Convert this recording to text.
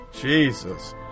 Jesus